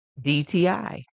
DTI